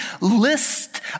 list